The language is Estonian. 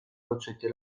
kutsuti